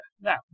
Now